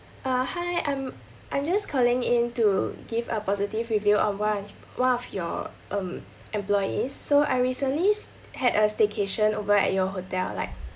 uh hi I'm I'm just calling in to give a positive review on one one of your um employees so I recently had a staycation over at your hotel like